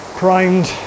primed